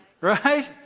Right